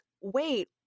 wait